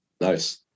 Nice